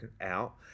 out